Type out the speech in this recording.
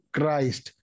Christ